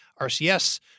RCS